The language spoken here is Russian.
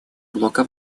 блока